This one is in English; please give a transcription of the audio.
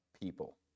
people